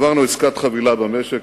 העברנו עסקת חבילה במשק.